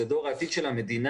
זה דור העתיד של המדינה,